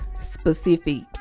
specific